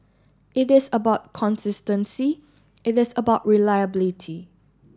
it is about consistency it is about reliability